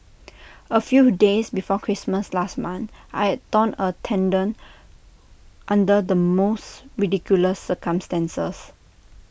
A few days before Christmas last month I had torn A tendon under the most ridiculous circumstances